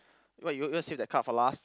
wait you you want save that card for last